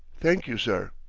thank you, sir.